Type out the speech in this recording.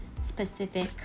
specific